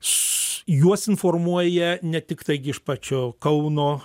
s juos informuoja ne tik taigi iš pačio kauno